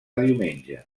diumenge